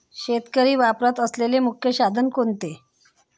शेतकरी वापरत असलेले मुख्य साधन कोणते?